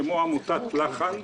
עמותת לחן,